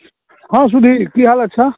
हँ सुधीर की हालत छै